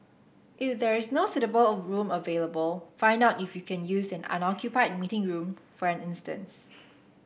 is there is no suitable of room available find out if you can use an unoccupied meeting room for a instance